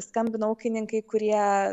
skambino ūkininkai kurie